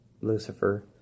Lucifer